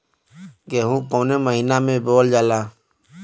गेहूँ कवने महीना में बोवल जाला?